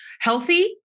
healthy